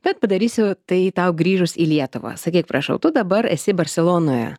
bet padarysiu tai tau grįžus į lietuvą sakyk prašau tu dabar esi barselonoje